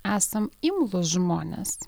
esam imlūs žmonės